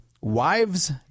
wives